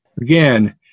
Again